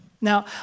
Now